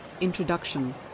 introduction